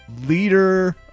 Leader